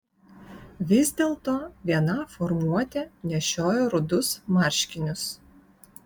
vis dėlto viena formuotė nešiojo rudus marškinius